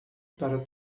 para